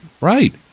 Right